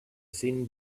thin